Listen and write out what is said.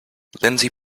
lindsey